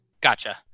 Gotcha